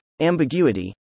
Ambiguity